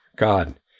God